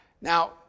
Now